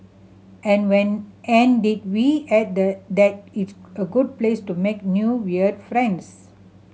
an when and did we add the that it's a good place to make new weird friends